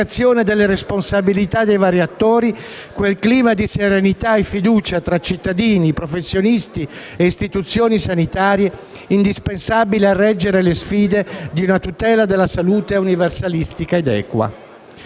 qualificazione delle responsabilità dei vari attori quel clima di serenità e fiducia tra cittadini, professionisti e istituzioni sanitarie indispensabile a reggere le sfide di una tutela della salute universalistica ed equa.